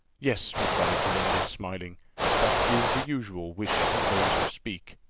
yes, replied belinda, smiling that is the usual wish of those who speak.